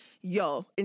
yo